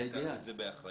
אני אומר את זה באחריות.